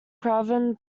craven